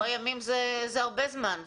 שבוע ימים זה הרבה זמן.